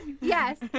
Yes